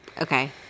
Okay